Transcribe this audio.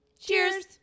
Cheers